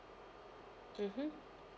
mmhmm